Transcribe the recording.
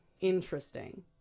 Interesting